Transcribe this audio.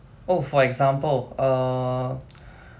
oh for example uh